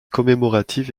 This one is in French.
commémorative